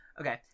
okay